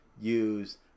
use